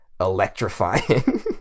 electrifying